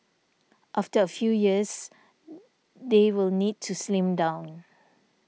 after a few years they will need to slim down